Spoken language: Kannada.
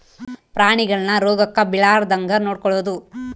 ಪ್ರಾಣಿಗಳನ್ನ ರೋಗಕ್ಕ ಬಿಳಾರ್ದಂಗ ನೊಡಕೊಳದು